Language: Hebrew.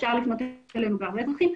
אפשר לפנות אלינו בהרבה דרכים.